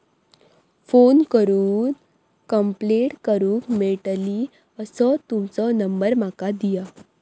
Phone करून complaint करूक मेलतली असो तुमचो नंबर माका दिया?